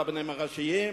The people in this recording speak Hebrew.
הרבנים הראשיים,